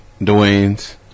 Dwayne's